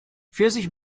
pfirsich